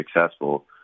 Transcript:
successful